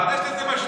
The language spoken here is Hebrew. יש לזה משמעות.